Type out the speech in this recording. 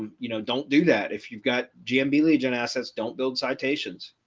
you know, don't do that. if you've got gm be legion assets, don't build citations.